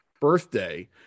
birthday